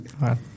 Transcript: right